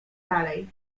dalej